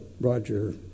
Roger